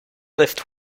lift